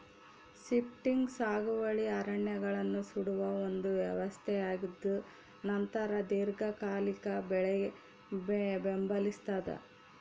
shifting ಸಾಗುವಳಿ ಅರಣ್ಯಗಳನ್ನು ಸುಡುವ ಒಂದು ವ್ಯವಸ್ಥೆಯಾಗಿದ್ದುನಂತರ ದೀರ್ಘಕಾಲಿಕ ಬೆಳೆ ಬೆಂಬಲಿಸ್ತಾದ